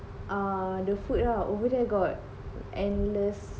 err the food lah over there got endless